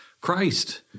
Christ